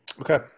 Okay